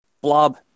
Blob